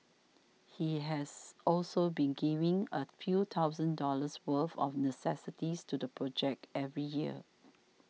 he has also been giving a few thousand dollars worth of necessities to the project every year